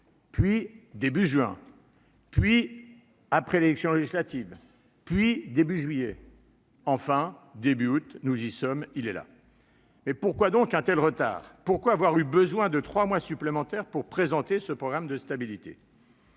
puis « début juin », puis « après les élections législatives », puis « début juillet ». Enfin, début août, nous y sommes : il est là. Pourquoi un tel retard ? Pourquoi avoir eu besoin de trois mois supplémentaires pour présenter ce programme de stabilité ?